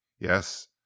Yes